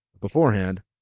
beforehand